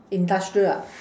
industrial ah